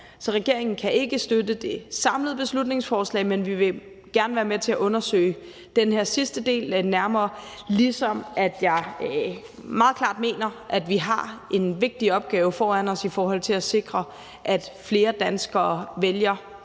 Regeringen kan ikke støtte det samlede beslutningsforslag, men vi vil gerne være med til at undersøge den her sidste del lidt nærmere, ligesom jeg meget klart mener, at vi har en vigtig opgave foran os i at sikre, at flere danskere vælger